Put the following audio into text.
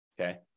Okay